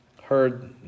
heard